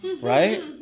Right